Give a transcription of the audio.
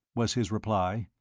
was his reply.